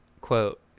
Quote